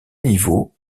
niveaux